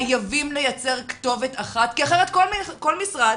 חייבים לייצר כתובת אחת, כי אחרת כל משרד